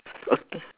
okay